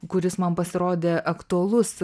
kuris man pasirodė aktualus